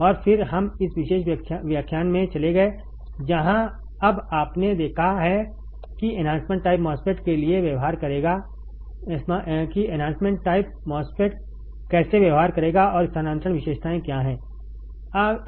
और फिर हम इस विशेष व्याख्यान में चले गए जहां अब आपने देखा है कि एन्हांसमेंट टाइप MOSFET कैसे व्यवहार करेगा और स्थानांतरण विशेषताएं क्या हैं